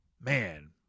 man